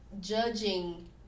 judging